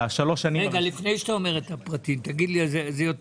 בשלוש שנים --- לפני שאתה אומר את הפרטים העיקרון חשוב יותר.